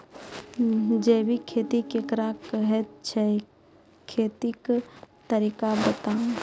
जैबिक खेती केकरा कहैत छै, खेतीक तरीका बताऊ?